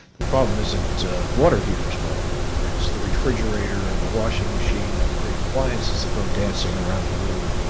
the problem isn't water heaters falling over. it's the refrigerator or and the washing machine and the big appliances that go dancing around the room.